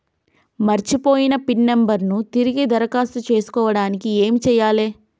మర్చిపోయిన pin number ను తిరిగి దరఖాస్తు చేసుకోవడానికి ఏమి చేయాలే?